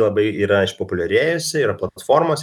labai yra išpopuliarėjusi yra platformos